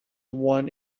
one